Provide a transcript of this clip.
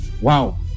wow